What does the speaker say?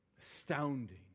astounding